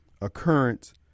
occurrence